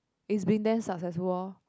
is being damn successful oh